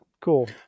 cool